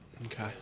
Okay